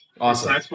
Awesome